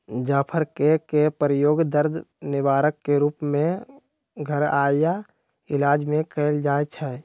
जाफर कें के प्रयोग दर्द निवारक के रूप में घरइया इलाज में कएल जाइ छइ